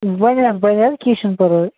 بَنہ حظ بنہ حظ کینٛہہ چھُ نہٕ پرواے